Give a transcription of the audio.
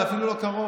זה אפילו לא קרוב.